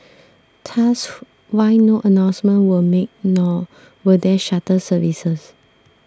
thus why no announcements were made nor were there shuttle services